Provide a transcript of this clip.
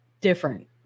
different